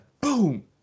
boom